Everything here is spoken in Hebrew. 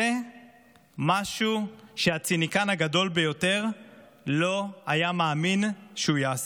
זה משהו שהציניקן הגדול ביותר לא היה מאמין שהוא יעשה.